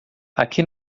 aqui